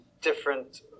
different